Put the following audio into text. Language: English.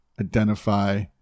identify